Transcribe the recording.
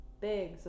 big